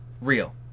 real